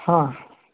ಹಾಂ